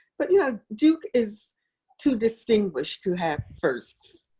but yeah, duke is too distinguished to have firsts.